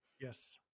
Yes